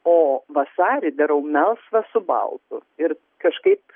o vasarį darau melsvą su baltu ir kažkaip